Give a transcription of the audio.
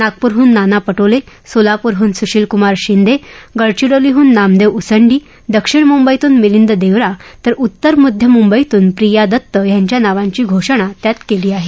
नागप्रहून नाना पटोले सोलाप्रहून सुशील कुमार शिंदे गडचिरोली नामदेव उसंडी दक्षिण मुंबईतून मिलिंद देवडा तर उत्तरमध्य मुंबईतून प्रिया दत्त यांच्या नावांची घोषणा त्यात केली आहे